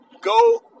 Go